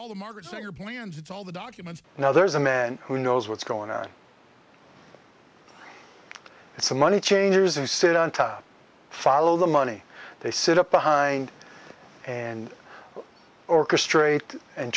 all the margaret sanger brands it's all the documents now there's a man who knows what's going on so money changers they sit on top follow the money they set up behind and orchestrate and